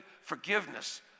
forgiveness